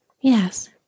Yes